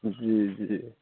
जी जी